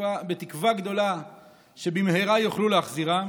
בתקווה גדולה שבמהרה יוכלו להחזירם.